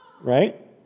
right